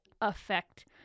affect